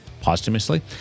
posthumously